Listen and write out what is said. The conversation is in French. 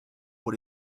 pour